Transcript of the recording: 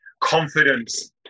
Confidence